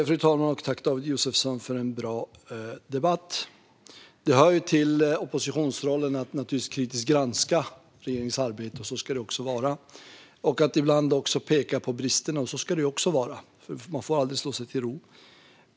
Fru talman! Jag tackar David Josefsson för en bra debatt. Det hör ju till oppositionsrollen att kritiskt granska regeringens arbete, och så ska det vara. Det hör också till oppositionsrollen att ibland peka på bristerna, och så ska det också vara - man får aldrig slå sig till ro.